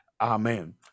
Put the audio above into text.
Amen